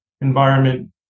environment